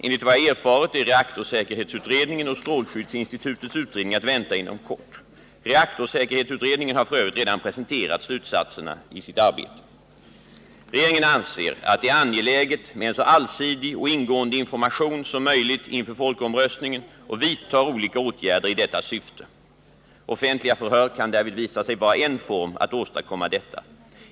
Enligt vad jag erfarit är reaktorsäkerhetsutredningen och strålskyddsinstitutets utredning att vänta inom kort. Reaktorsäkerhetsutred ningen har f. ö. redan presenterat slutsatserna av sitt arbete. Nr 40 Regeringen anser att det är angeläget med en så allsidig och ingående = Torsdagen den information som möjligt inför folkomröstningen och vidtar olika åtgärder i 29 november 1979 detta syfte. Offentliga förhör kan därvid visa sig vara en form att åstadkomma detta.